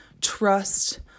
trust